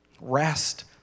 Rest